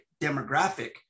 demographic